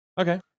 Okay